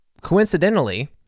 coincidentally